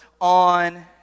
on